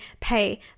pay